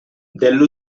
dello